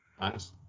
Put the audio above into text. Nice